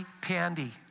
Pandy